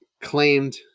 claimed